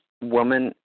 woman